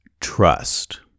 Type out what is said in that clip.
trust